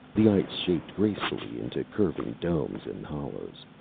the ice shaped gracefully into curving domes and hollows.